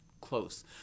close